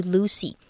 Lucy